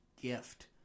gift